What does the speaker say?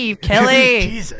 Kelly